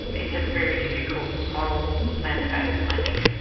it's a very difficult moral landscape i think.